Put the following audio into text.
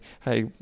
hey